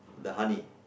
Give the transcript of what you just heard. the honey